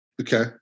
okay